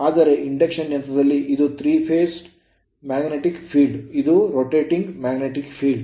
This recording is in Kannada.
ಆದರೆ ಇಂಡಕ್ಷನ್ ಯಂತ್ರದಲ್ಲಿ ಇದು 3 phased magnetic field ಇದು rotating magnetic field